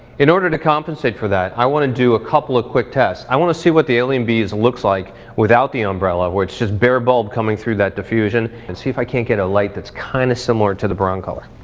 in order to compensate for that, i wanna do a couple of quick tests. i want to see what the alienbees looks like without the umbrella, where it's just bare bulb coming through that diffusion, and see if i can't get a light that's kinda kind of similar to the broncolor.